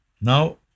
Now